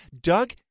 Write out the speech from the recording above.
Doug